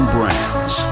Brands